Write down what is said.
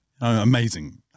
Amazing